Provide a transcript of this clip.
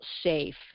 safe